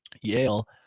Yale